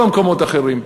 ובכל המקומות האחרים.